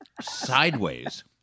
Sideways